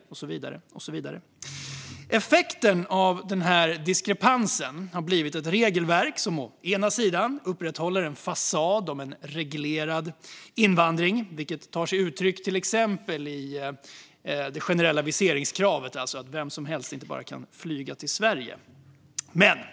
Effekten av den här diskrepansen har blivit ett regelverk som å ena sidan upprätthåller en fasad av en reglerad invandring, vilket tar sig uttryck till exempel i det generella viseringskravet. Vem som helst kan alltså inte bara flyga till Sverige.